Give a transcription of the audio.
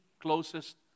closest